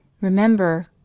Remember